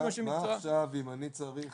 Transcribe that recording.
יושבים אנשי מקצוע --- אם אני צריך